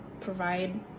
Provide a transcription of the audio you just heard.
provide